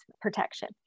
protection